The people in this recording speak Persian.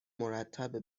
مرتبه